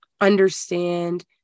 understand